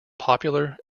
popular